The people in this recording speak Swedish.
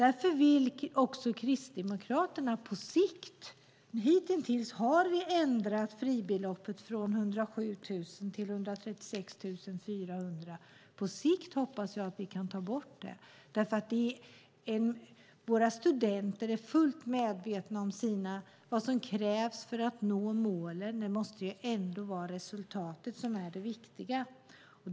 Hittills har vi ändrat fribeloppet från 107 000 till 136 400 kronor. Jag hoppas att vi på sikt kan ta bort den gränsen. Våra studenter är fullt medvetna om vad som krävs för att nå målen. Det måste ju vara resultatet som är det viktiga.